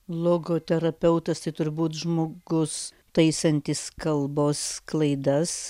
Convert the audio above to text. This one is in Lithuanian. logoterapeutas tai turi būt žmogus taisantis kalbos klaidas